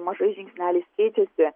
mažais žingsneliais keičiasi